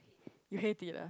you hate it ah